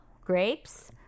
grapes